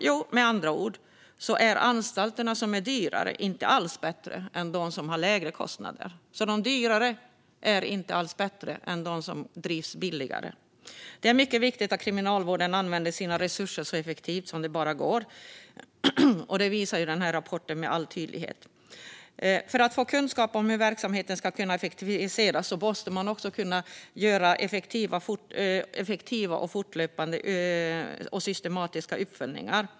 Jo, med andra ord är anstalterna som är dyrare inte alls bättre än dem som har lägre kostnader och drivs billigare. Det är mycket viktigt att Kriminalvården använder sina resurser så effektivt som det bara går. Det visas med tydlighet i denna rapport. För att få kunskap om hur verksamheten ska kunna effektiviseras måste man göra fortlöpande och systematiska uppföljningar.